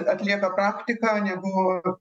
atlieka praktiką negu